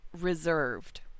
reserved